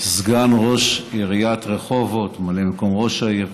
סגן ראש עיריית רחובות, ממלא מקום ראש העיר,